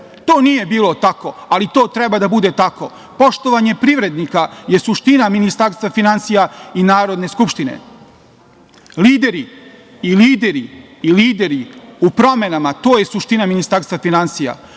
To nije bilo tako, ali to treba da bude tako. Poštovanje privrednika je suština Ministarstva finansija i Narodne skupštine Republike Srbije. Lideri i lideri u promenama, to je suština Ministarstva finansija,